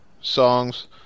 songs